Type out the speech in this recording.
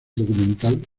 documental